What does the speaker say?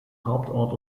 hauptort